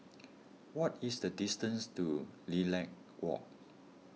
what is the distance to Lilac Walk